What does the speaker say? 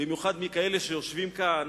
במיוחד כאלה שיושבים כאן,